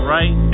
Right